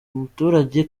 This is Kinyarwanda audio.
muturage